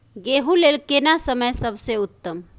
गेहूँ लेल केना समय सबसे उत्तम?